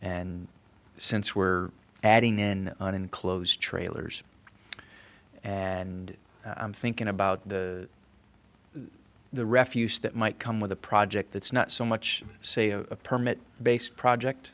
and since we're adding in an enclosed trailers and i'm thinking about the refuse that might come with a project that's not so much say a permit based project